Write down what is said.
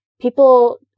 People